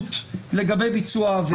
ודאות לגבי ביצוע העבירה.